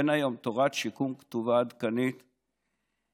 אין היום תורת שיקום כתובה עדכנית לטיפול,